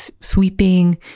sweeping